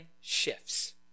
shifts